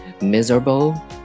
miserable